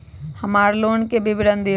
हमर लोन के विवरण दिउ